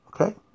Okay